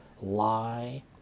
lie